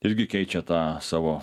irgi keičia tą savo